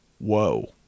whoa